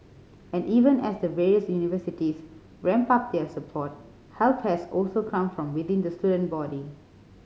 and even as the various universities ramp up their support help has also come from within the student body